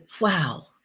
wow